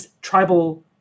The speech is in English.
tribal